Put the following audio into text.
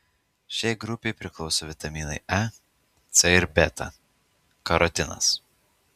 šiai grupei priklauso vitaminai e c ir beta karotinas